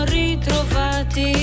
ritrovati